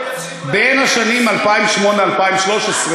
אתם תפסיקו, בין השנים 2008 ו-2013,